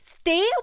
Stay